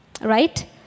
Right